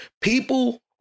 People